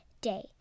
day